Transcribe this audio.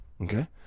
okay